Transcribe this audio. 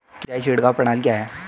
सिंचाई छिड़काव प्रणाली क्या है?